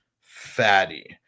Fatty